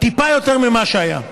טיפה יותר ממה שהיה,